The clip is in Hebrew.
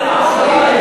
לסעיף 2,